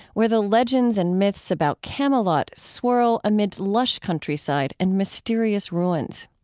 where the legends and myths about camelot swirl amid lush countryside and mysterious ruins.